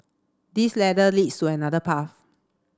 this ladder leads to another path